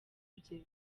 bye